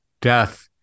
death